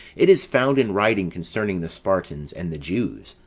it is found in writing concerning the spartans, and the jews,